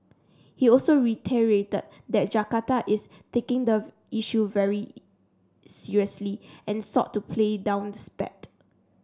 he also reiterated that Jakarta is taking the issue very seriously and sought to play down the spat